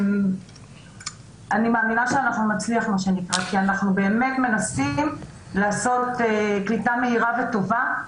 אני מאמינה שאנחנו נצליח כי אנחנו באמת מנסים לעשות קליטה מהירה וטובה.